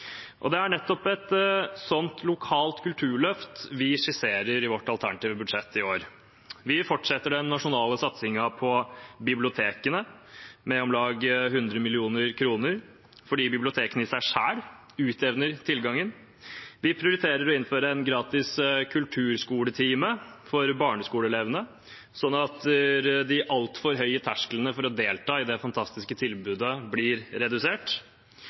Det er nettopp et slikt lokalt kulturløft vi skisserer i vårt alternative budsjett i år. Vi fortsetter den nasjonale satsingen på bibliotekene, med om lag 100 mill. kr, fordi bibliotekene i seg selv utjevner tilgangen. Vi prioriterer å innføre en gratis kulturskoletime for barneskoleelevene, slik at de altfor høye tersklene for å delta i det fantastiske tilbudet blir redusert.